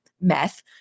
meth